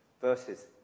verses